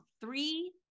three